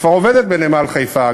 שכבר עובדת בנמל חיפה,